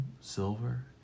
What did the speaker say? silver